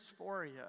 dysphoria